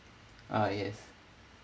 ah yes